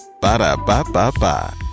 Ba-da-ba-ba-ba